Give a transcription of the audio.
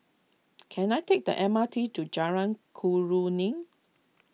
can I take the M R T to Jalan Khairuddin